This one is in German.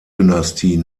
dynastie